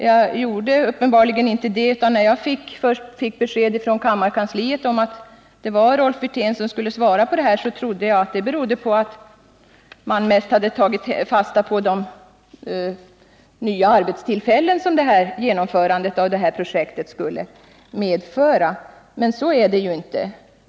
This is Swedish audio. Jag gjorde uppenbarligen inte det, utan när jag fick besked av kammarkansliet att det var Rolf Wirtén som skulle svara på min interpellation, då trodde jag att det berodde på att man mest tagit fasta på att det projekt jag behandlade skulle medföra nya arbetstillfällen, men så är det ju inte.